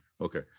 okay